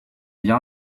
bien